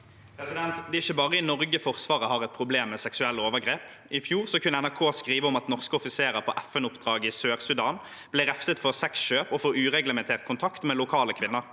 Det er ikke bare i Norge Forsvaret har et problem med seksuelle overgrep. I fjor skrev NRK at norske offiserer på FNoppdrag i Sør-Sudan ble refset for sexkjøp og for ureglementert kontakt med lokale kvinner.